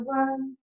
one